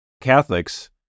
Catholics